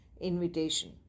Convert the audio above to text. invitation